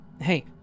Hey